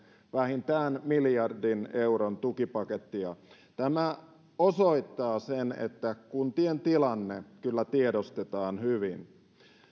vähintään miljardin euron tukipakettia tämä osoittaa sen että kuntien tilanne kyllä tiedostetaan hyvin